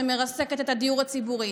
שמרסקת את הדיור הציבורי.